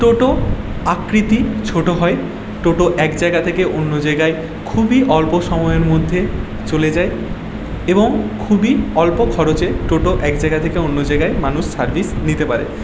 টোটো আকৃতি ছোটো হয় টোটো এক জায়গা থেকে অন্য জায়গায় খুবই অল্প সময়ের মধ্যে চলে যায় এবং খুবই অল্প খরচে টোটো এক জায়গা থেকে অন্য জায়গায় মানুষ সার্ভিস নিতে পারে